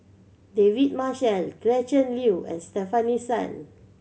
David Marshall Gretchen Liu and Stefanie Sun